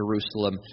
Jerusalem